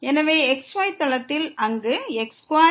எனவே xy தளத்தில் அங்கு x2y2≤1